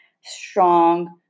strong